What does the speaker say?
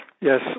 Yes